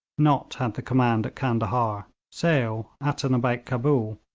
nott had the command at candahar, sale at and about cabul,